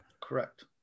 Correct